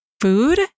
food